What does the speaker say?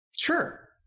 Sure